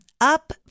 Up